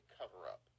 cover-up